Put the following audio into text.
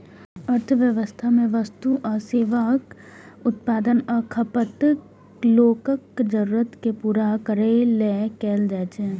अर्थव्यवस्था मे वस्तु आ सेवाक उत्पादन आ खपत लोकक जरूरत कें पूरा करै लेल कैल जाइ छै